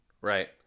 right